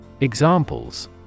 Examples